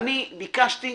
אני ביקשתי,